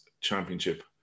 championship